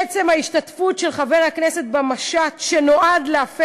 עצם ההשתתפות של חבר הכנסת במשט שנועד להפר